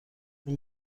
این